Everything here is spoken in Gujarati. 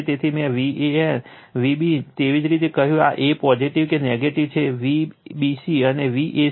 તેથી મેં Vab ને જે રીતે કહ્યું a એ પોઝિટીવ કે નેગેટિવ છે Vbc અને Vca